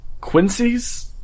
Quincy's